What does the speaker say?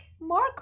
Mark